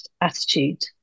attitude